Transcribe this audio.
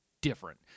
different